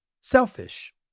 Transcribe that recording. Selfish